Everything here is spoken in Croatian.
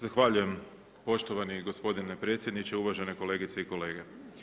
Zahvaljujem poštovani gospodine predsjedniče, uvažene kolegice i kolege.